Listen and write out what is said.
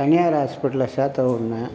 தனியார் ஹாஸ்பிட்டலில் சேர்த்த உடனே